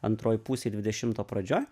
antroj pusėj dvidešimto pradžioj